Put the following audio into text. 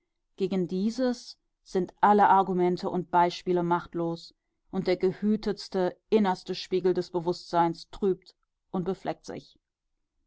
gegen dieses sind alle argumente und beispiele machtlos und der gehütetste innerste spiegel des bewußtseins trübt und befleckt sich